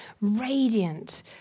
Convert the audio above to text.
radiant